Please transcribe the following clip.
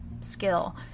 skill